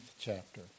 chapter